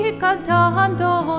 cantando